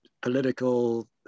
political